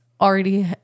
already